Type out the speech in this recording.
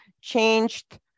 changed